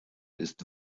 ist